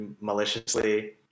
maliciously